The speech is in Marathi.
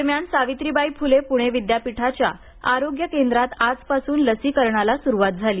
दरम्यान सावित्रीबाई फुले पुणे विद्यापीठाच्या आरोग्य केंद्रात आजपासून लसीकरणाला सुरुवात झाली